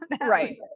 Right